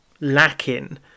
lacking